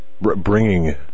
bringing